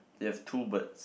you have two birds